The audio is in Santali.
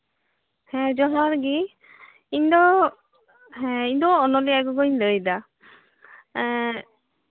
ᱦᱮᱸ ᱡᱚᱦᱟᱨ ᱜᱤ ᱦᱮᱸ ᱤᱧᱫᱚ ᱚᱱᱚᱞᱤ ᱟᱡ ᱜᱚᱜᱚᱧ ᱞᱟᱹᱭᱫᱟ ᱮᱸᱜ